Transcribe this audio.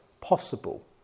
possible